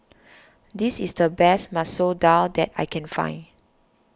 this is the best Masoor Dal that I can find